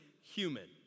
human